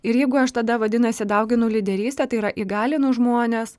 ir jeigu aš tada vadinasi dauginu lyderystę tai yra įgalinu žmones